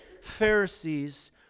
Pharisees